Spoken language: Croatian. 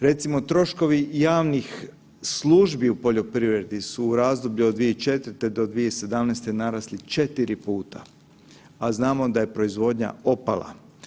Recimo troškovi javnih službi u poljoprivredi su razdoblju od 2004. do 2017. narasli 4 puta, a znamo da je proizvodnja opala.